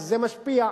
זה משפיע,